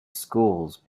schools